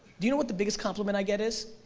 do you know what the biggest compliment i get is?